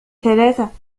ثلاثة